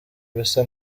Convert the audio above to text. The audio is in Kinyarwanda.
bisa